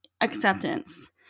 acceptance